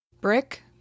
Brick